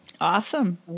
Awesome